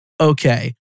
Okay